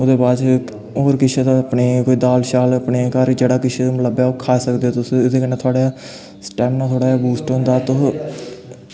ओह्दे बाद च होर किसे दा अपने कोई दाल शाल अपने घर जेह्ड़ा किश लब्भै ओह् खा सकदे ओ तुस ओह्दे कन्नै थुआढ़ा स्टैमना थोह्ड़ा बूस्ट होंदा